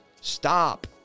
stop